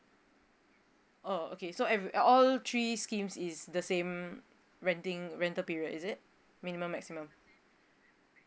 oh okay so every uh all three schemes is the same renting rental period is it minimum maximum